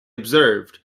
observed